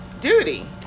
duty